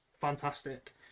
fantastic